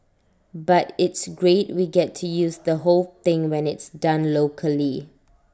but it's great we get to use the whole thing when it's done locally